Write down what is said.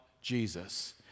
Jesus